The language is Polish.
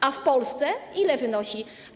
A w Polsce ile wynosi?